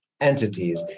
entities